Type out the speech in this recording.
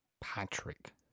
Patrick